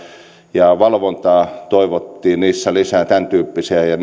ja valvontaa toivottiin niissä lisää tämäntyyppisiä ja